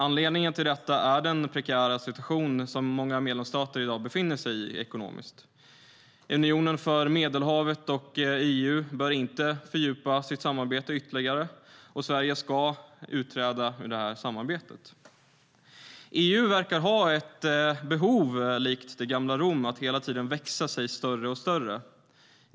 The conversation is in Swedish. Anledningen till detta är den prekära situation som många medlemsstater befinner sig i ekonomiskt. Unionen för Medelhavet och EU bör inte fördjupa sitt samarbete ytterligare, och Sverige ska utträda ur det samarbetet. EU verkar likt det gamla Rom ha ett behov av att hela tiden växa sig större och större.